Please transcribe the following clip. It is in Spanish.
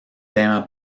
tema